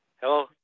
hello